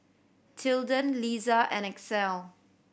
Tilden Liza and Axel